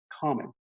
common